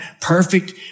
perfect